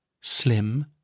slim